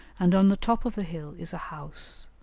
and on the top of the hill is a house.